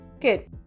Good